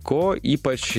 ko ypač